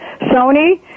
Sony